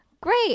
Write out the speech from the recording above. great